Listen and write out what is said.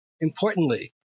importantly